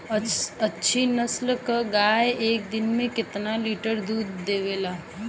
अच्छी नस्ल क गाय एक दिन में केतना लीटर दूध देवे ला?